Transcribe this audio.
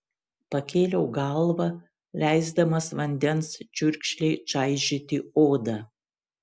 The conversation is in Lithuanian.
pakėliau galvą leisdamas vandens čiurkšlei čaižyti odą